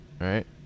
right